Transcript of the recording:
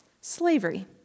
slavery